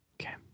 Okay